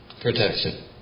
protection